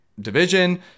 division